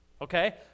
Okay